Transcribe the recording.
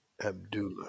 Abdullah